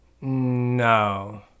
No